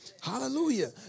Hallelujah